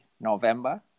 November